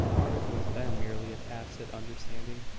ours was then merely a tacit understanding.